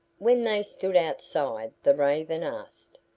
when they stood outside the raven asked,